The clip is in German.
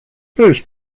ich